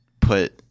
put